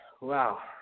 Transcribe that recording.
Wow